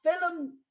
film